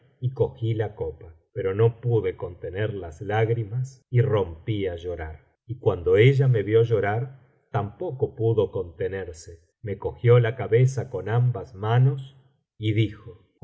y cogí la copa pero no pude contener las lágrimas y rompí á llorar y cuando ella me vio llorar tampoco pudo contenerse me cogió la cabeza con ambas manos y